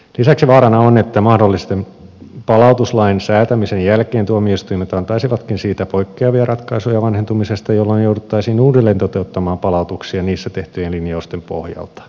lisäksi vaarana on että mahdollisen palautuslain säätämisen jälkeen tuomioistuimet antaisivatkin siitä poikkeavia ratkaisuja vanhentumisesta jolloin jouduttaisiin uudelleen toteuttamaan palautuksia niissä tehtyjen linjausten pohjalta